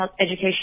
education